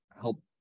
help